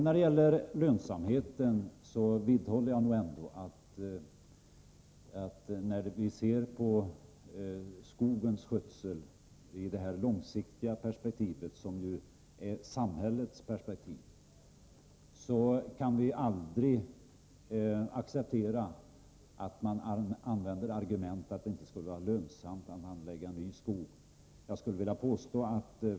När det gäller lönsamheten vidhåller jag ändå att när vi ser på skogens skötsel i det långsiktiga perspektivet, som ju är samhällets perspektiv, så kan vi aldrig acceptera att man använder argumentet att det inte skulle vara lönsamt att anlägga ny skog.